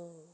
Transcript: mm mm